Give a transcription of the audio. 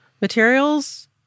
materials